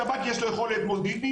השב"כ יש לו יכולת מודיעינית,